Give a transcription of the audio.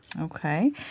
Okay